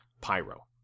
Pyro